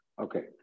okay